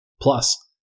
Plus